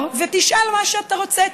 אז אני אעצור ותשאל מה שאתה רוצה.